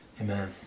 Amen